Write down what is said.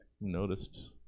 Noticed